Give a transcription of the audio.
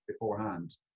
beforehand